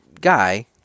guy